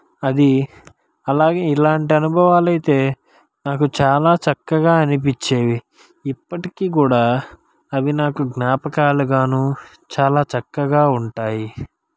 అది అలాగే ఇలాంటి అనుభవాలు అయితే నాకు చాలా చక్కగా అనిపించేవి ఇప్పటికీ కూడా అవి నాకు జ్ఞాపకాలగానో చాలా చక్కగా ఉంటాయి